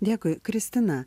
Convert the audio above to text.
dėkui kristina